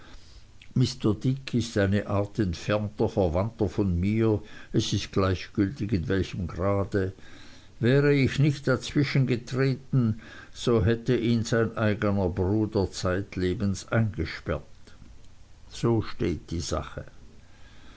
mr dick ist eine art entfernter verwandter von mir es ist gleichgültig in welchem grade wäre ich nicht dazwischen getreten so hätte ihn sein eigner bruder zeitlebens eingesperrt so steht die sache